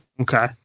Okay